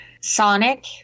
Sonic